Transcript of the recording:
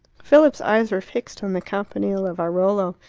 philip's eyes were fixed on the campanile of airolo.